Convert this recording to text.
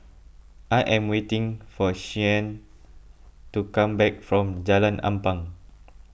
I am waiting for Shianne to come back from Jalan Ampang